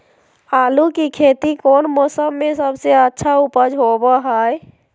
आलू की खेती कौन मौसम में सबसे अच्छा उपज होबो हय?